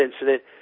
incident